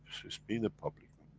she's been a public,